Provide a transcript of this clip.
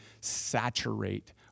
saturate